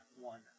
one